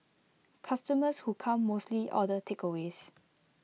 customers who come mostly order takeaways